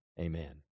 amen